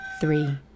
three